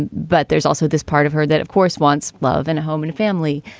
and but there's also this part of her that, of course, wants love in a home and family.